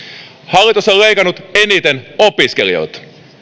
hallitus on leikannut eniten opiskelijoilta